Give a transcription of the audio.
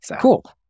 cool